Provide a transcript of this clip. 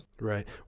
Right